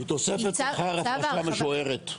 היא תוספת שכר הפרשה משוערת.